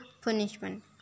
punishment